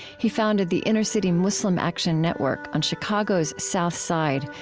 he founded the inner-city muslim action network on chicago's south side,